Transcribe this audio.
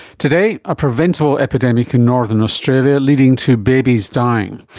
today, a preventable epidemic in northern australia leading to babies dying.